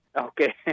Okay